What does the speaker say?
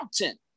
mountain